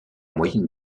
moyenne